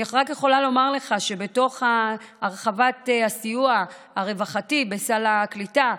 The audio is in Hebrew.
אני רק יכולה לומר לך שבתוך הרחבת הסיוע הרווחתי בסל הקליטה,